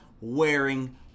wearing